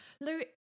Lou